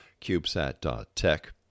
CubeSat.tech